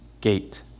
gate